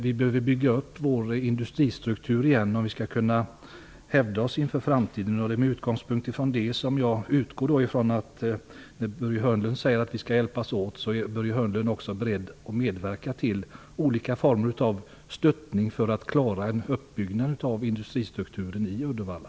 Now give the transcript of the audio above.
Vi behöver bygga upp vår industristruktur igen, om vi skall kunna hävda oss för framtiden. Jag utgår därför från att Börje Hörnlund, när han säger att vi skall hjälpas åt, också är beredd att medverka till olika former av understödjande för att klara en uppbyggnad av industristrukturen i Uddevalla.